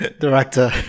director